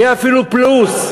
יהיה אפילו פלוס.